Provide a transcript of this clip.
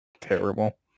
Terrible